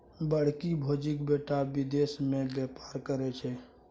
बड़की भौजीक बेटा विदेश मे बेपार करय छै